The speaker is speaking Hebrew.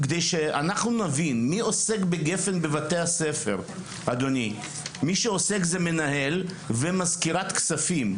מי שעוסק בגפ"ן בבתי הספר הוא המנהל ומזכירת הכספים,